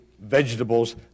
vegetables